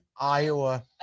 Iowa